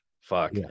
fuck